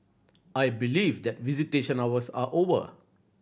I believe that visitation hours are over